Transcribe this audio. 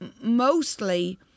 mostly